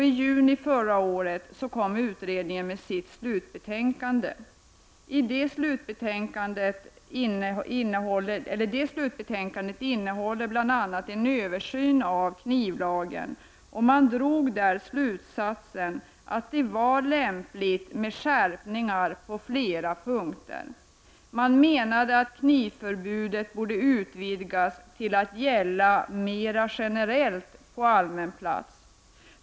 I juni förra året kom utredningen med sitt slutbetänkande. Slutbetänkandet innehöll bl.a. en översyn av knivlagen. Man drog där slutsatsen att det var lämpligt med skärpningar på flera punkter. Man menade att knivförbudet borde utvidgas till att gälla mer generellt på allmän plats.